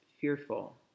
fearful